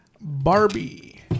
barbie